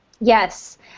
Yes